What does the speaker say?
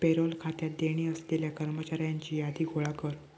payroll खात्यात देणी असलेल्या कर्मचाऱ्यांची यादी गोळा कर